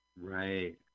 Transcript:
Right